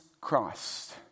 Christ